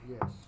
Yes